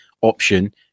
option